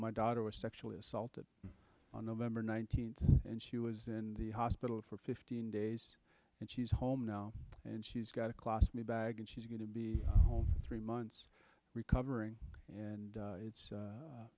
my daughter was sexually assaulted on november nineteenth and she was in the hospital for fifteen days and she's home now and she's got a classmate bag and she's going to be three months recovering and it's